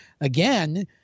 Again